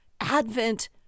Advent